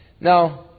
Now